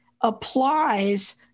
applies